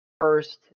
first